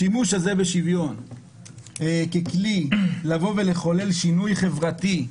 השימוש הזה בשוויון ככלי לבוא ולחולל שינוי חברתי,